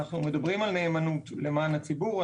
אנחנו מדברים על נאמנות לטובת הציבור,